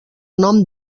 nom